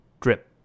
drip